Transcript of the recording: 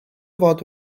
fod